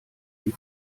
die